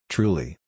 Truly